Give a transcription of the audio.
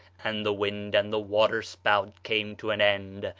and the wind and the water-spout came to an end.